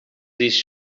these